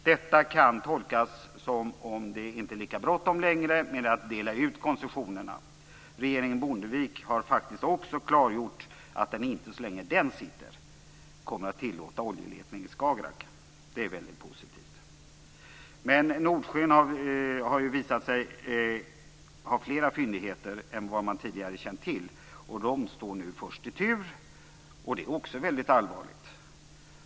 Detta kan tolkas som att det inte längre är lika bråttom att dela ut koncessionerna. Regeringen Bondevik har faktiskt också klargjort att den inte kommer att tillåta oljeletning i Skagerrak så länge den sitter kvar. Det är väldigt positivt. Men Nordsjön har ju visat sig ha fler fyndigheter än man tidigare känt till, och dessa står nu först i tur. Också det är väldigt allvarligt.